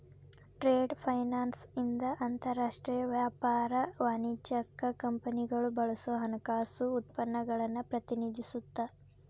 trade finance ಇಂದ ಅಂತರಾಷ್ಟ್ರೇಯ ವ್ಯಾಪಾರ ವಾಣಿಜ್ಯಕ್ಕ ಕಂಪನಿಗಳು ಬಳಸೋ ಹಣಕಾಸು ಉತ್ಪನ್ನಗಳನ್ನ ಪ್ರತಿನಿಧಿಸುತ್ತ